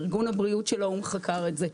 ארגון הבריאות של האו"ם חקר את זה.